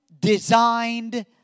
designed